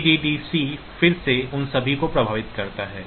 ADDC फिर से उन सभी को प्रभावित करता है